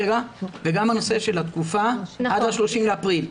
גם הנושא של התקופה, עד ה-30 באפריל.